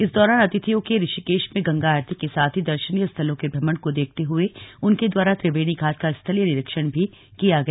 इस दौरान अतिथियों के ऋषिकेश में गंगा आरती के साथ ही दर्शनीय स्थलों के भ्रमण को देखते हुए उनके द्वारा त्रिवेणी घाट का स्थलीय निरीक्षण भी किया गया